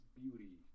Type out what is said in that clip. beauty